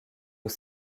aux